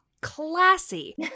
classy